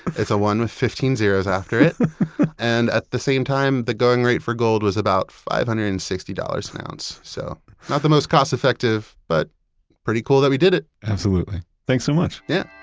it's a one with fifteen zeroes after it and at the same time, the going rate for gold was about five hundred and sixty dollars an ounce. so not the most cost-effective, but pretty cool that we did it absolutely. thanks so much yeah